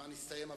הזמן הסתיים,